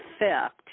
effect